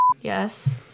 Yes